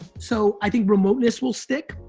so, i think remoteness will stick.